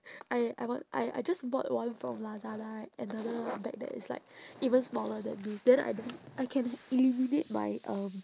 I I want I I just bought one from lazada right another bag that is like even smaller than this then I don't need I can eliminate my um